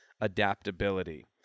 adaptability